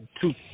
Two